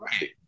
right